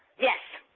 yes.